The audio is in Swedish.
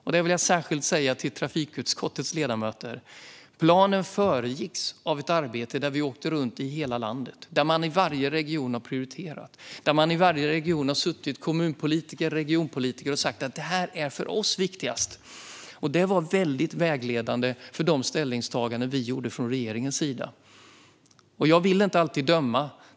Jag vill särskilt säga till trafikutskottets ledamöter att planen föregicks av ett arbete där vi åkte runt i hela landet och där man i varje region har prioriterat. I varje region har kommunpolitiker och regionpolitiker sagt vad som är viktigast för dem. Detta var vägledande för de ställningstaganden vi gjorde från regeringens sida. Jag vill inte alltid döma.